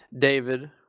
David